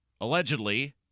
allegedly